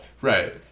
right